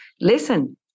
listen